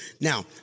Now